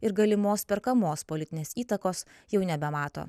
ir galimos perkamos politinės įtakos jau nebemato